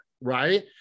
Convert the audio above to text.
right